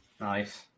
Nice